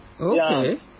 okay